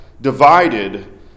divided